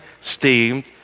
steamed